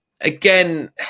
Again